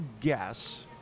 guess